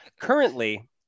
Currently